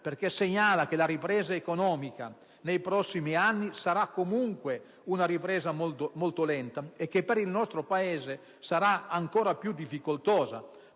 perché segnala che la ripresa economica nei prossimi anni sarà comunque molto lenta e che per il nostro Paese sarà ancora più difficoltosa